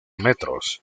metros